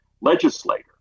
legislator